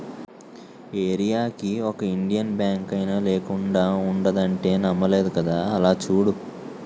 ఏరీయాకి ఒక ఇండియన్ బాంకైనా లేకుండా ఉండదంటే నమ్మలేదు కదా అలా చూడు